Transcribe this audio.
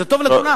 זה טוב לכולם.